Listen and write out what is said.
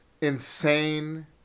insane